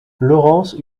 laurence